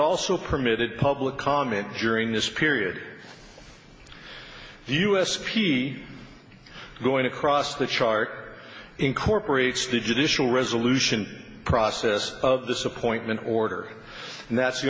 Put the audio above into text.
also permitted public comment during this period the us p going across the chart incorporates the judicial resolution process of disappointment order and that's the